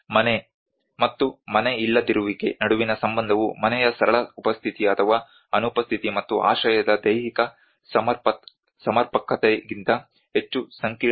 ಮನೆ ಮತ್ತು ಮನೆಯಿಲ್ಲದಿರುವಿಕೆ ನಡುವಿನ ಸಂಬಂಧವು ಮನೆಯ ಸರಳ ಉಪಸ್ಥಿತಿ ಅಥವಾ ಅನುಪಸ್ಥಿತಿ ಮತ್ತು ಆಶ್ರಯದ ದೈಹಿಕ ಸಮರ್ಪಕತೆಗಿಂತ ಹೆಚ್ಚು ಸಂಕೀರ್ಣವಾಗಿದೆ